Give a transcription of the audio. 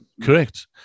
Correct